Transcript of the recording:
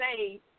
say